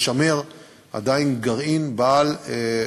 לשמר עדיין גרעין בעל